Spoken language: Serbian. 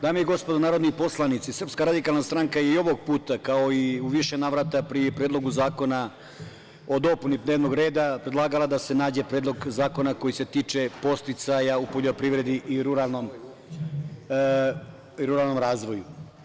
Dame i gospodo narodni poslanici, SRS je i ovog puta, kao i u više navrata pri Predlogu zakona o dopuni dnevnog reda, predlagala da se nađe Predlog zakona koji se tiče podsticaja u poljoprivredi i ruralnom razvoju.